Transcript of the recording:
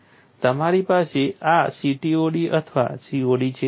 તમારી પાસે આ CTOD અથવા COD છે